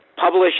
publish